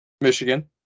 Michigan